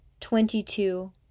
twenty-two